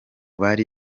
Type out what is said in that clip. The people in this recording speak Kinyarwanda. bari